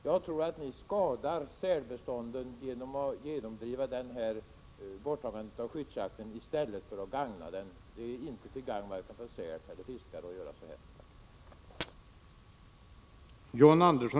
Jag tror att ni skadar sälbestånden genom att genomdriva borttagandet av skyddsjakten i stället för att gagna dem. Det är inte till gagn för vare sig säl eller fiskare att göra på detta sätt.